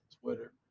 Twitter